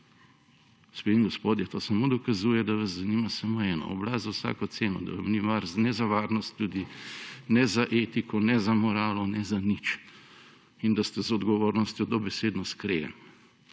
Gospe in gospodje, to samo dokazuje, da vas zanima samo eno – oblast za vsako ceno. Da vam ni mar ne za varnost ljudi, ne za etiko, ne za moralo, ne za nič in da ste z odgovornostjo dobesedno skregani,